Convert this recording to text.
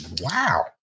wow